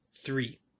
three